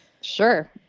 Sure